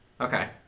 Okay